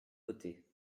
côtés